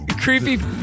Creepy